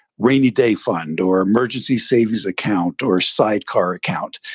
rainy day fund, or emergency savings account, or sidecar account.